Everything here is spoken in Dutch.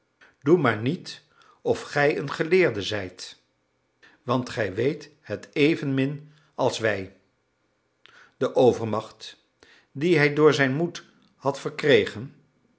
doe maar niet of gij een geleerde zijt want gij weet het evenmin als wij de overmacht die hij door zijn moed had verkregen